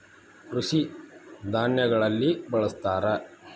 ಕೃಷಿ ಧಾನ್ಯಗಳಲ್ಲಿ ಬಳ್ಸತಾರ